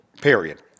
Period